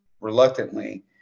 reluctantly